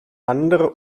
andere